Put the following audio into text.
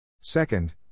Second